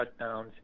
shutdowns